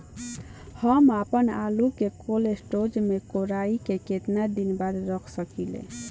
हम आपनआलू के कोल्ड स्टोरेज में कोराई के केतना दिन बाद रख साकिले?